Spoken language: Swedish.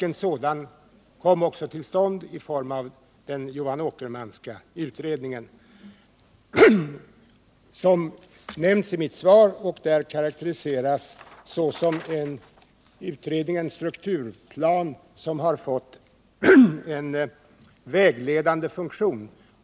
En sådan kom också till stånd i form av den Johan Åkermanska utredningen, som nämns i mitt svar och som har karakteriserats som en strukturplan som har fått en vägledande funktion.